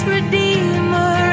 Redeemer